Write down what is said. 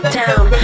down